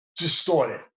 distorted